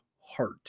heart